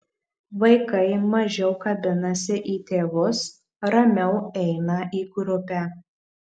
vaikai mažiau kabinasi į tėvus ramiau eina į grupę